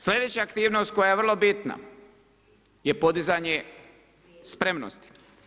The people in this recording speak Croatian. Sljedeća aktivnost koja je vrlo bitna je podizanje spremnosti.